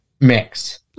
mix